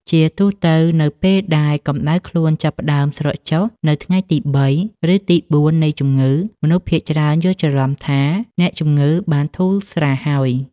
ជាទូទៅ នៅពេលដែលកម្តៅខ្លួនចាប់ផ្តើមស្រកចុះនៅថ្ងៃទីបី ឬទីបួននៃជំងឺ មនុស្សភាគច្រើនយល់ច្រឡំថាអ្នកជំងឺបានធូរស្រាលហើយ។